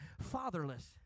Fatherless